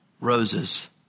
roses